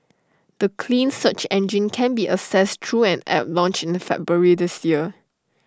the clean search engine can be accessed through an app launched in February this year